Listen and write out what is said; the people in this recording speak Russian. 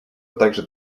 также